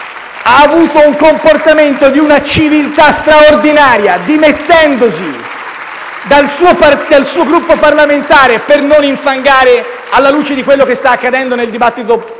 ha avuto un comportamento di una civiltà straordinaria, dimettendosi dal suo Gruppo parlamentare, per non infangare, alla luce di quello che stava accadendo nel dibattito esterno.